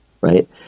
right